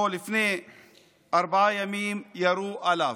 או לפני ארבעה ימים, ירו עליו.